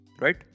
right